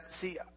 see